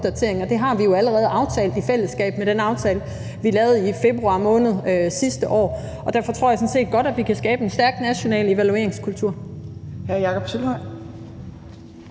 og det har vi jo allerede aftalt i fællesskab med den aftale, vi lavede i februar måned sidste år. Derfor tror jeg sådan set godt, at vi kan skabe en stærk national evalueringskultur. Kl.